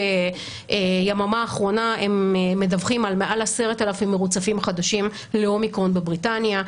ביממה האחרונה הם מדווחים על מעל 10,000 מרוצפים חדשים לאומיקרון בבריטניה.